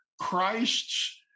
Christ's